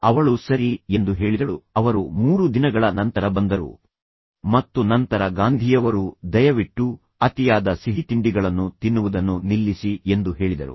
ಆದ್ದರಿಂದ ಅವಳು ಸರಿ ಎಂದು ಹೇಳಿದಳು ಅವರು 3 ದಿನಗಳ ನಂತರ ಬಂದರು ಮತ್ತು ನಂತರ ಗಾಂಧಿಯವರು ದಯವಿಟ್ಟು ಅತಿಯಾದ ಸಿಹಿತಿಂಡಿಗಳನ್ನು ತಿನ್ನುವುದನ್ನು ನಿಲ್ಲಿಸಿ ಎಂದು ಹೇಳಿದರು